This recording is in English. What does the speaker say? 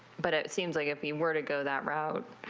but it seems like if we were to go that rout.